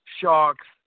sharks